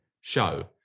show